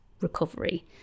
recovery